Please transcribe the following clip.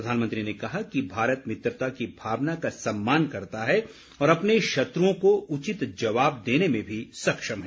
प्रधानमंत्री ने कहा कि भारत मित्रता की भावना का सम्मान करता है और अपने शत्र्ओं को उचित जवाब देने में भी सक्षम है